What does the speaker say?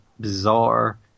bizarre